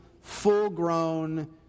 full-grown